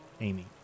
Amy